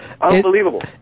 Unbelievable